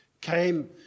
came